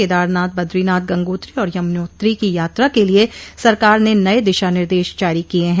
केदारनाथ बद्रीनाथ गंगोत्री और यमुनोत्री की यात्रा के लिए सरकार ने नए दिशा निर्देश जारी किए हैं